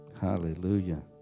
hallelujah